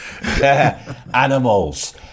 animals